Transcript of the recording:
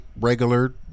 regular